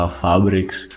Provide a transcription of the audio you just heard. fabrics